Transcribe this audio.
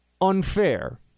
unfair